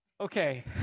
Okay